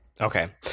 okay